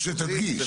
חשוב שתדגיש.